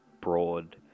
broad